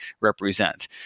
represent